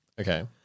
Okay